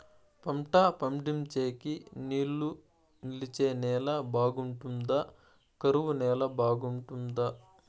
పంట పండించేకి నీళ్లు నిలిచే నేల బాగుంటుందా? కరువు నేల బాగుంటుందా?